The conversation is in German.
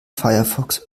firefox